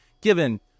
given